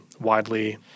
widely